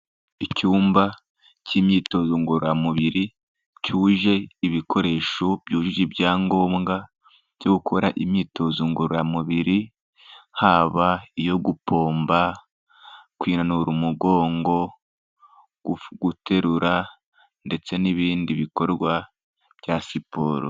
Icyumba cy'imyitozo ngororamubiri cyuje ibikoresho byujuje ibyangombwa, byo gukora imyitozo ngororamubiri, haba iyo gupomba, kwinanura umugongo, guterura ndetse n'ibindi bikorwa bya siporo.